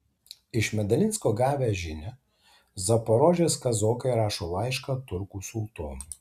iš medalinsko gavę žinią zaporožės kazokai rašo laišką turkų sultonui